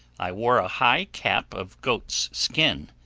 i wore a high cap of goat's skin,